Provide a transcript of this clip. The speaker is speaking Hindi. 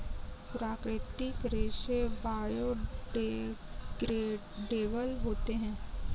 प्राकृतिक रेसे बायोडेग्रेडेबल होते है